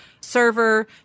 server